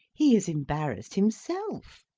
he is embarrassed himself.